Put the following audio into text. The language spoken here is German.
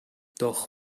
doch